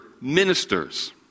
ministers